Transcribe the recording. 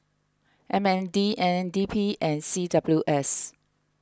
M N D N D P and C W S